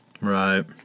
Right